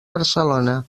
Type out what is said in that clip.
barcelona